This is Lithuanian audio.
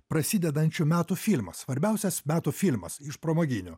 prasidedančių metų filmas svarbiausias metų filmas iš pramoginių